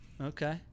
Okay